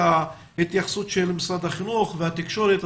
ההתייחסות של משרד החינוך והתקשורת,